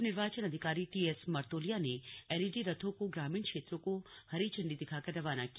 उप निर्वाचन अधिकारी टीएस मर्तोलिया ने एलईडी रथों को ग्रामीण क्षेत्रों को हरी झंडी दिखाकर रवाना किया